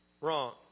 Wrong